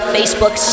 Facebook